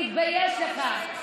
תתבייש לך.